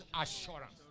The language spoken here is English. Assurance